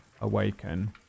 awaken